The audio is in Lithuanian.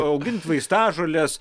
augint vaistažoles